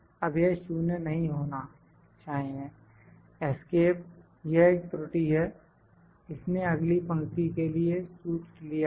अब यह 0 नहीं होना चाहिए एस्केप यह एक त्रुटि है इसने अगली पंक्ति के लिए सूत्र लिया है